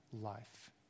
life